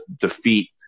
defeat